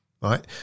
Right